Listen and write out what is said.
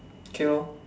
okay lor